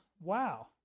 Wow